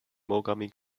mogami